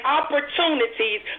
opportunities